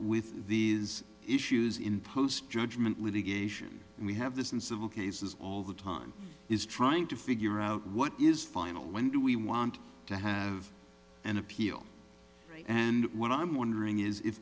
with these issues in post judgement litigation and we have this in civil cases all the time is trying to figure out what is final when do we want to have an appeal and what i'm wondering is if